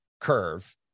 curve